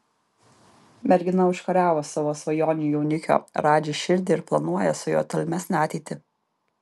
mergina užkariavo savo svajonių jaunikio radži širdį ir planuoja su juo tolimesnę ateitį